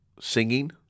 singing